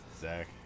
Zach